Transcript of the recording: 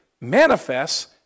manifests